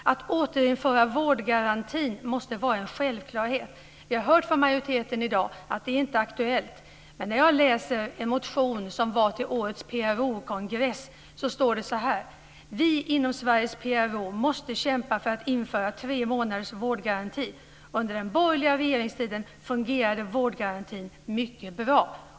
Att återinföra vårdgarantin måste vara en självklarhet. Vi har hört från majoriteten att i dag att det inte är aktuellt. I en motion till årets PRO-kongress står det så här: "Vi inom Sveriges PRO måste kämpa för att införa tre månaders vårdgaranti. Under den borgerliga regeringstiden fungerade vårdgarantin mycket bra."